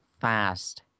fast